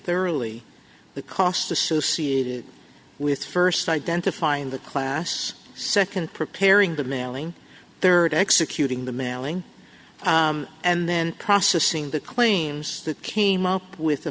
thoroughly the cost associated with first identifying the class second preparing the mailing third executing the mailing and then processing the claims that came up with a